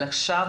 אבל עכשיו,